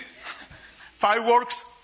fireworks